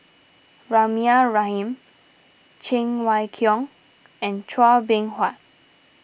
Rahimah Rahim Cheng Wai Keung and Chua Beng Huat